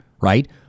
Right